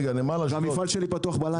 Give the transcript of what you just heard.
והמפעל שלי פתוח בלילה.